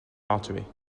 artery